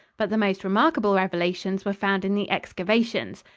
but the most remarkable revelations were found in the excavations.